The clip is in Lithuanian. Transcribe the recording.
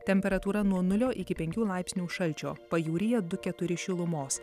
temperatūra nuo nulio iki penkių laipsnių šalčio pajūryje du keturi šilumos